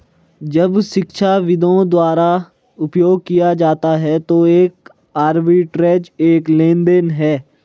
जब शिक्षाविदों द्वारा उपयोग किया जाता है तो एक आर्बिट्रेज एक लेनदेन है